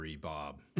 Bob